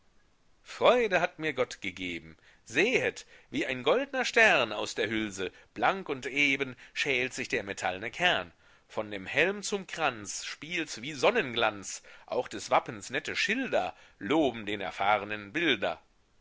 freude hat mir gott gegeben sehet wie ein goldner stern aus der hülse blank und eben schält sich der metallne kern von dem helm zum kranz spielts wie sonnenglanz auch des wappens nette schilder loben den erfahrnen bilder